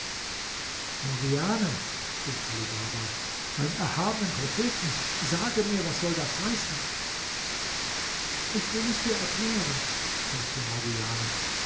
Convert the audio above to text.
morgiane rief ali baba beim erhabenen propheten sage mir was soll das heißen ich will es dir erklären sagte morgiane